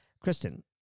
Kristen